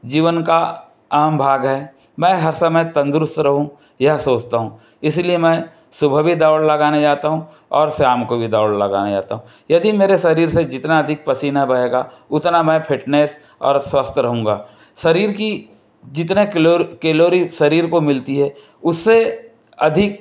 जीवन का आम भाग है मैं हर समय तंदुरुस्त रहूँ यह सोचता हूँ इसीलिए मैं सुबह भी दौड़ लगाने जाता हूँ और शाम को भी दौड़ लगाने जाता हूँ यदि मेरे शरीर से जितना अधिक पसीना बहेगा उतना मैं फिटनेस और स्वस्थ रहूँगा शरीर की जितनी कैलोरी शरीर को मिलती है उससे अधिक